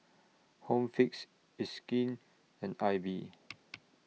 Home Fix It's Skin and AIBI